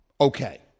okay